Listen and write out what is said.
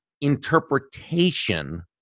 interpretation